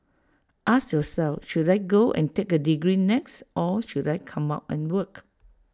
ask yourself should I go and take A degree next or should I come out and work